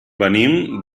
venim